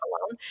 alone